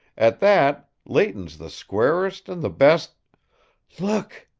at that, leighton's the squarest and the best look!